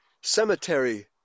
cemetery